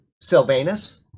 Sylvanus